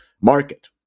market